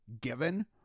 given